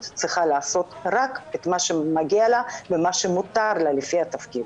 צריכה לעשות רק מה שמוטל עליה ומה שמותר לה לפי התפקיד.